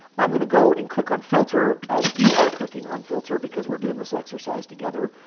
i'm going to go and click on filter as you are clicking on filter because we're doing this exercise together.